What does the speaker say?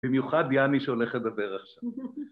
‫במיוחד יני שהולך לדבר עכשיו.